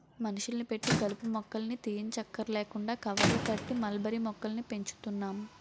మనుషుల్ని పెట్టి కలుపు మొక్కల్ని తీయంచక్కర్లేకుండా కవర్లు కట్టి మల్బరీ మొక్కల్ని పెంచుతున్నాం